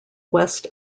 west